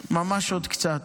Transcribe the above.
כן, ממש עוד קצת.